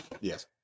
Yes